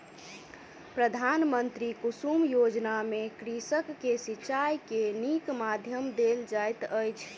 प्रधानमंत्री कुसुम योजना में कृषक के सिचाई के नीक माध्यम देल जाइत अछि